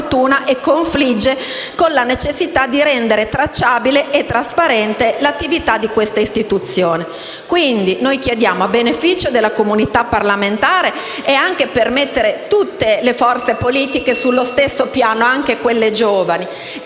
e confligge con la necessità di rendere tracciabile e trasparente l'attività di questa istituzione. Quindi, noi chiediamo, a beneficio della comunità parlamentare e anche per mettere tutte le forze politiche sullo stesso piano (anche quelle giovani)